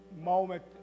moment